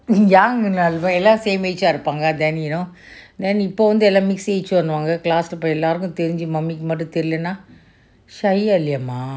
young எல்லாம்:ellam same age ah இருபாங்க:irupaanga and then you know then இப்போ வந்து எல்லாரும்:ippo vanthu ellarum class leh எல்லாருக்கும் தெரிஞ்சி:ellarukum terinji mummy கு தெரியல னா:ku teriyala naa shy ah இல்லையா:ilayaa